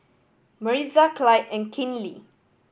Maritza Clyde and Kinley